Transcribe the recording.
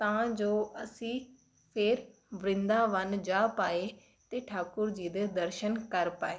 ਤਾਂ ਜੋ ਅਸੀਂ ਫਿਰ ਬ੍ਰਿੰਦਾਵਨ ਜਾ ਪਾਏ ਅਤੇ ਠਾਕੁਰ ਜੀ ਦੇ ਦਰਸ਼ਨ ਕਰ ਪਾਏ